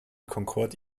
concorde